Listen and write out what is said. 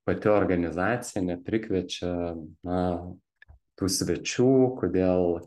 pati organizacija neprikviečia na tų svečių kodėl